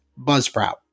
Buzzsprout